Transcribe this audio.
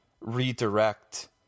redirect